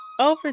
over